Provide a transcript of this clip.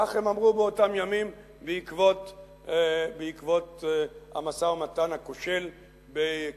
כך הם אמרו באותם ימים בעקבות המשא-ומתן הכושל בקמפ-דייוויד,